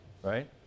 Right